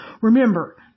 Remember